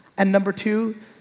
and number two,